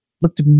looked